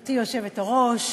גברתי היושבת-ראש,